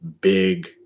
big